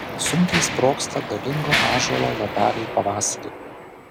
sunkiai sprogsta galingo ąžuolo lapeliai pavasarį